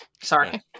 Sorry